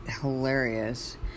hilarious